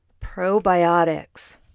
probiotics